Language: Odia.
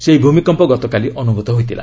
ଏହି ଭୂମିକମ୍ପ ଗତକାଲି ଅନୁଭୂତ ହୋଇଥିଲା